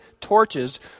torches